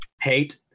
Hate